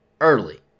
early